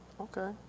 Okay